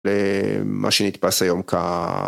למה שנתפס היום כ...